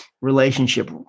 relationship